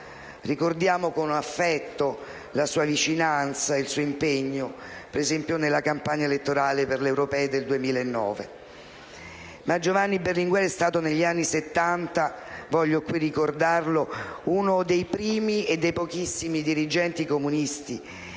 Ricordiamo con affetto la sua vicinanza ed il suo impegno, ad esempio, per la campagna elettorale per le europee del 2009. Ma Giovanni Berlinguer è stato negli anni Settanta - voglio qui ricordarlo - uno dei primi e dei pochissimi dirigenti comunisti,